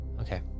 Okay